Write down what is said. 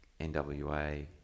NWA